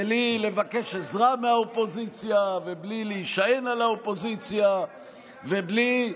בלי לבקש עזרה מהאופוזיציה ובלי להישען על האופוזיציה ובלי,